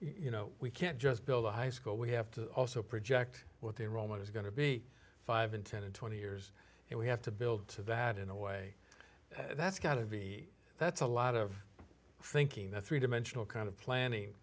you know we can't just build a high school we have to also project what the roman is going to be five in ten to twenty years and we have to build to that in a way that's got to be that's a lot of thinking that three dimensional kind of planning